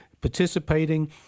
participating